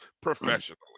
professionally